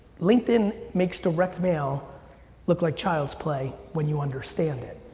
linkedin makes direct mail look like child's play when you understand it.